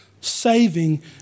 saving